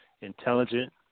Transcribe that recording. intelligent